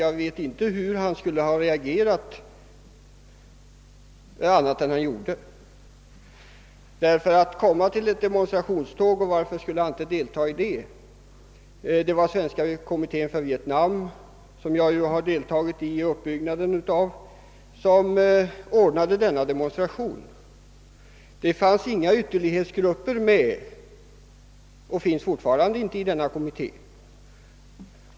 Jag vet dock inte hur han skulle kunnat reagera på annat sätt än han gjorde, ty varför skulle han inte gå med i ett demonstrationståg. Det var Svenska kommit tén för Vietnam — i vars uppbyggnad jag deltagit — som ordnade denna demonstration. Inga ytterlighetsgrupper har funnits eller finns med i denna kommitté.